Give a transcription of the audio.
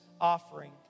offering